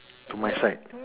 to my side